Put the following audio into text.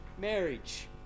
marriage